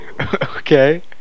Okay